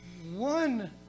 one